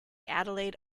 adelaide